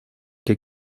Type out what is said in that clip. que